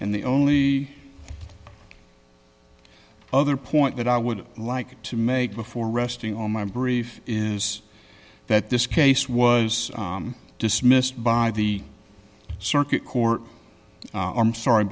and the only other point that i would like to make before resting on my brief is that this case was dismissed by the circuit court arm sorry